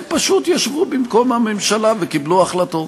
הם פשוט ישבו במקום הממשלה וקיבלו החלטות.